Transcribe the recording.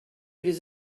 les